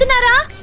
ah but